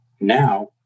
now